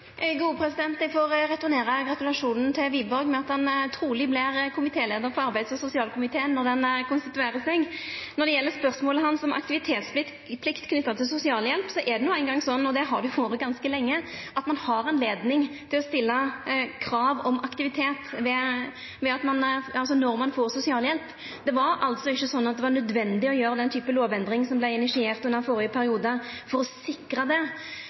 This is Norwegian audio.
Eg får returnera gratulasjonen til Wiborg med at han truleg blir leiar for arbeids- og sosialkomiteen når komiteen konstituerer seg. Når det gjeld spørsmålet hans om aktivitetsplikt knytt til sosialhjelp, er det eingong slik og har vore slik ganske lenge, at det er høve til å stilla krav om aktivitet til dei som får sosialhjelp. Det var ikkje nødvendig å gjera den typen lovendring som dei initierte under førre periode for å sikra det.